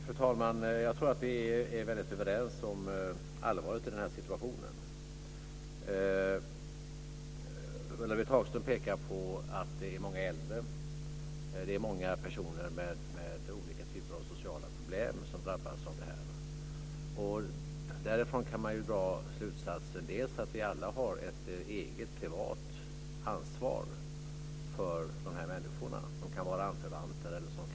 Fru talman! Jag tror att vi är överens om allvaret i situationen. Ulla-Britt Hagström pekar på att många äldre och många med olika typer av sociala problem som drabbas. Av det kan man dra slutsatsen att vi alla har ett eget, privat ansvar för de här människorna. De kan vara anförvanter eller vänner.